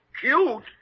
Cute